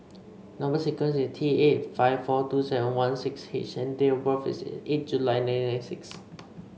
number sequence is T eight five four two seven one six H and date of birth is eight July nineteen ninety six